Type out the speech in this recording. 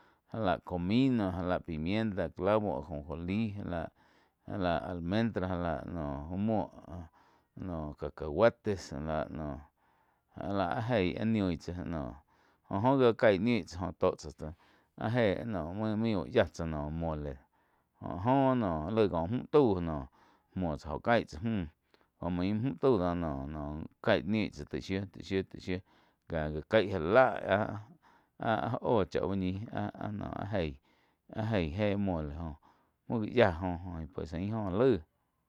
Já la comino, já la pimienta, clavo, ajonjolí, já láh almendra já láh noh úh muo, noh cacahuates já lah noh, já la áh eí áh niu tsáh jó-jó gia caí niu tsáh tó tsáh áh jei main úh yia tsá noh mole joh-joh noh laig kóh mju tau noh muo tsá oh kai tsá múh joh main muo mju tau do noh caí niu tsá, tai shiu-tai shiu ká já caí já láh áh-áh óh chá úh ñih áh-áh eig áh eig éh mole jo muou gá yia jo-jo pues ain jo lai.